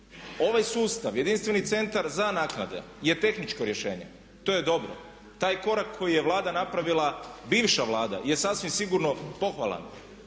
ovaj sustav, jedinstveni centar za naknade je tehničko rješenje, to je dobro, taj korak koji je Vlada napravila, bivša vlada je sasvim sigurno pohvalan.